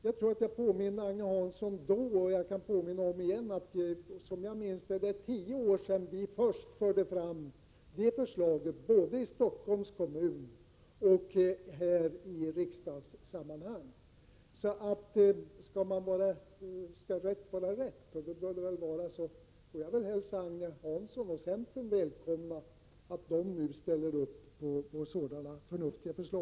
Jag har tidigare påmint Agne Hansson om — och gör det igen — att det, om jag minns rätt, var minst tio år sedan vi först förde fram detta förslag både i Stockholms kommun och här i riksdagen. Om rätt skall vara rätt — och det bör det väl vara — får jag i stället hälsa centern och Agne Hansson välkomna att ställa sig bakom ett sådant förnuftigt förslag.